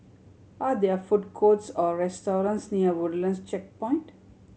are there food courts or restaurants near Woodlands Checkpoint